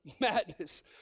Madness